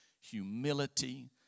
humility